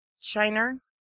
shiner